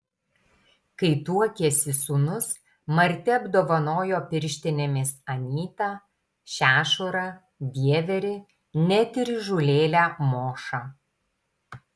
kai tuokėsi sūnus marti apdovanojo pirštinėmis anytą šešurą dieverį net ir įžūlėlę mošą